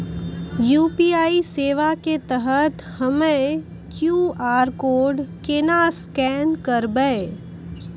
UPI सेवा के तहत हम्मय क्यू.आर कोड केना स्कैन करबै?